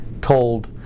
told